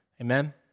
Amen